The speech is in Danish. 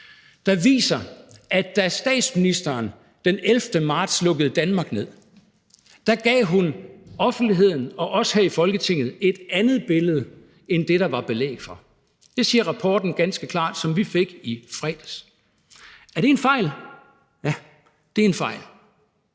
der viser, at da statsministeren den 11. marts lukkede Danmark ned, gav hun offentligheden og os her i Folketinget et andet billede end det, der var belæg for? Det siger rapporten, som vi fik i fredags, ganske klart. Er det en fejl? Ja, det er en fejl,